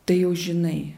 tai jau žinai